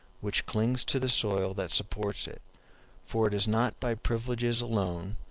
which clings to the soil that supports it for it is not by privileges alone,